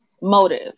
motive